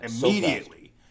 immediately